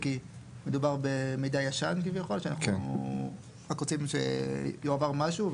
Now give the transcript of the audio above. כי מדובר במידע ישן כביכול שאנחנו רק רוצים שיועבר משהו.